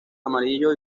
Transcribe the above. amarillo